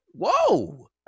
Whoa